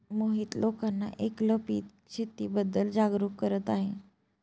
मोहित लोकांना एकल पीक शेतीबद्दल जागरूक करत आहे